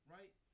Right